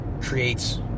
creates